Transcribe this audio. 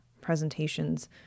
presentations